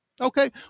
Okay